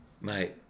Mate